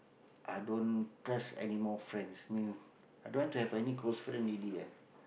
i don't trust any more friends mean i don't want to have any close friends already ah